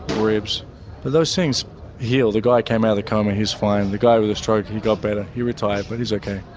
ribs. but those things heal. the guy came out of the coma he's fine. the guy with the stroke he got better. he retired, but he's ok.